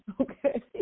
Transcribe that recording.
okay